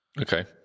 Okay